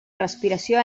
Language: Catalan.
respiració